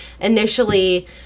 Initially